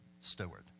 steward